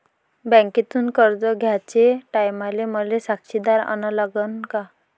बँकेतून कर्ज घ्याचे टायमाले मले साक्षीदार अन लागन का?